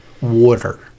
Water